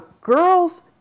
Girls